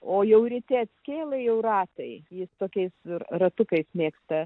o jau ryte kyla jau ratai jis tokiais ir ratukai mėgsta